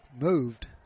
moved